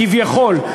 כביכול.